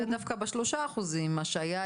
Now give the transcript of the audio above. זה דווקא ב-3 אחוזים: השעיה,